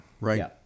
right